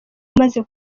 umaze